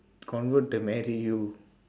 convert to marry you